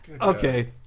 Okay